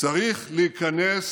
צריך להיכנס